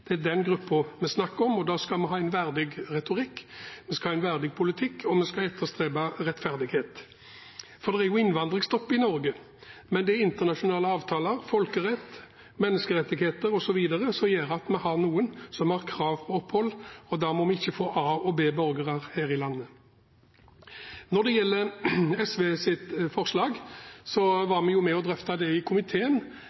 Det er den gruppen vi snakker om, og da skal vi ha en verdig retorikk, vi skal ha en verdig politikk og vi skal etterstrebe rettferdighet. For det er innvandringsstopp i Norge, men det er internasjonale avtaler, folkerett, menneskerettigheter osv., som gjør at vi har noen som har krav på opphold, og da må vi ikke få A- og B-borgere her i landet. Når det gjelder SVs forslag,